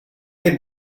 can